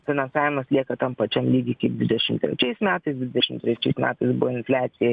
finansavimas lieka tam pačiam lygy kaip dvidešim trečiais metais dvidešim trečiais metais buvo infliacija